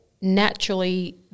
naturally